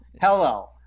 Hello